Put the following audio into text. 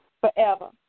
forever